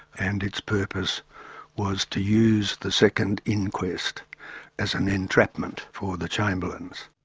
and its purpose was to use the second inquest as an entrapment for the chamberlains.